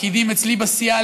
מהפקידים אצלי בסיעה,